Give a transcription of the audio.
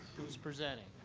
who's presenting?